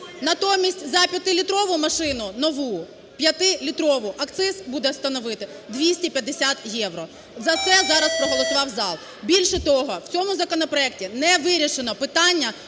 Натомість за п'ятилітрову машину, нову п'ятилітрову, акциз буде становити 250 євро. За це зараз проголосував зал. Більше того, в цьому законопроекті не вирішено питання,